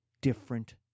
different